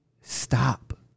stop